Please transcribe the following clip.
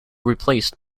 replaced